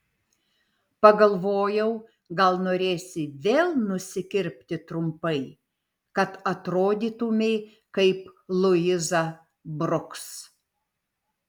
pagalvojau gal norėsi vėl nusikirpti trumpai kad atrodytumei kaip luiza bruks